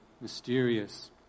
mysterious